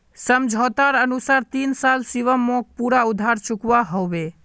समझोतार अनुसार तीन साल शिवम मोक पूरा उधार चुकवा होबे